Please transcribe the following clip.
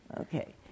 Okay